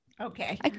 Okay